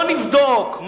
בוא נבדוק,